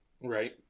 Right